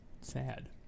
Sad